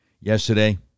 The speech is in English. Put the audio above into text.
yesterday